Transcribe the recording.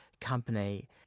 company